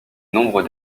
nombre